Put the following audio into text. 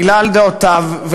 בגלל דעותיו,